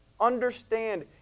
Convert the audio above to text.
understand